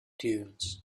dunes